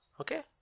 Okay